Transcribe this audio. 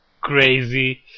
crazy